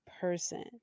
person